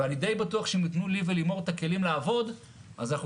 ואני די בטוח שאם יתנו לי וללימור את הכלים לעבוד אז אנחנו